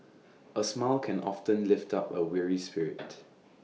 A smile can often lift up A weary spirit